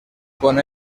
con